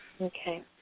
Okay